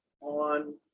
on